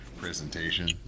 presentation